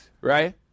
right